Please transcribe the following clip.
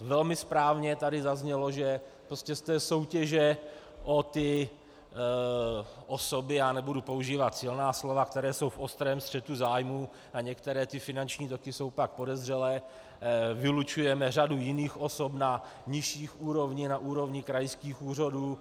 Velmi správně tady zaznělo, že ze soutěže o ty osoby já nebudu používat silná slova , které jsou v ostrém střetu zájmů, a některé finanční toky jsou pak podezřelé, vylučujeme řadu jiných osob na nižších úrovních, na úrovni krajských úřadů.